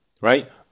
Right